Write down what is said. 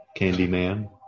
Candyman